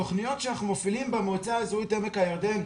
תוכניות שאנחנו מפעילים במועצה האזורית עמק הירדן,